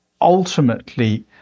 ultimately